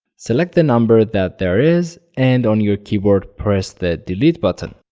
select the number that there is and on your keyboard, press the delete button.